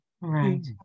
right